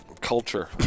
culture